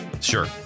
Sure